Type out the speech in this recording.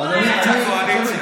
אופוזיציה-קואליציה.